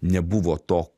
nebuvo to